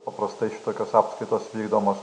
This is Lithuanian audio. paprastai šitokios apskaitos vykdomos